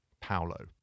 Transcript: Paolo